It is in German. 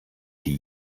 die